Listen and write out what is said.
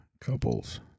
couples